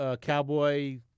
cowboy